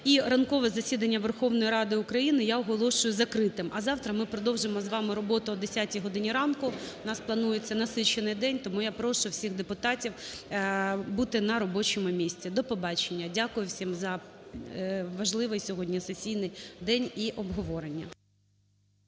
І ранкове засідання Верховної Ради України я оголошую закритим, а завтра ми продовжимо з вами роботу о 10 годині ранку. У нас планується насичений день, тому я прошу всіх депутатів бути на робочому місці. До побачення. Дякую всім за важливий сьогодні сесійний день і обговорення.